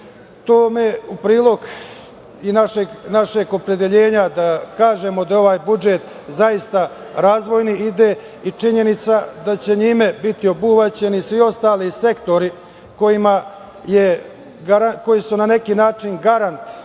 u prilog i našeg opredeljenja da kažemo da je ovaj budžet zaista razvojni ide i činjenica da će njime biti obuhvaćeni svi ostali sektori koji su na neki način garant